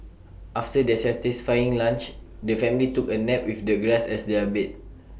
after their satisfying lunch the family took A nap with the grass as their bed